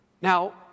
Now